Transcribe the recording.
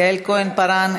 יעל כהן-פארן,